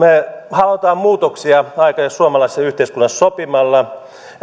aikaansaada muutoksia suomalaisessa yhteiskunnassa sopimalla